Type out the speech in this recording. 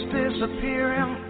disappearing